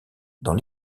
dans